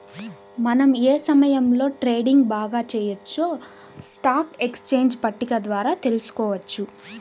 మనం ఏ సమయంలో ట్రేడింగ్ బాగా చెయ్యొచ్చో స్టాక్ ఎక్స్చేంజ్ పట్టిక ద్వారా తెలుసుకోవచ్చు